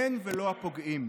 הן ולא הפוגעים.